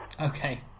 Okay